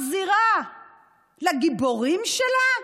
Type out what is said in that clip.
מחזירה לגיבורים שלה?